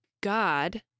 God